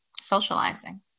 socializing